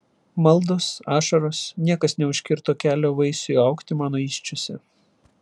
maldos ašaros niekas neužkirto kelio vaisiui augti mano įsčiose